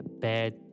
Bad